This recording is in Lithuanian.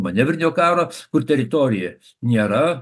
manevrinio karo kur teritorija nėra